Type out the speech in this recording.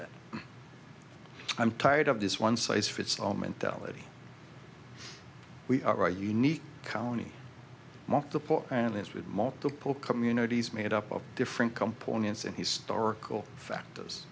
that i'm tired of this one size fits all mentality we are unique county mock the part and it's with multiple communities made up of different components and historical factors